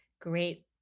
great